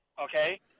Okay